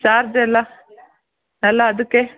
charge ಎಲ್ಲ ಎಲ್ಲ ಅದಕ್ಕೆ